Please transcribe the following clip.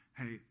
hey